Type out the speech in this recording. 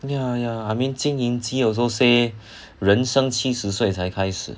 ya ya I mean 金银姬 also say 人生七十岁才开始